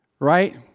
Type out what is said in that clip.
Right